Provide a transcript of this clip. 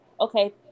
okay